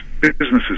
businesses